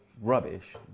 rubbish